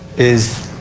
is